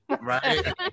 Right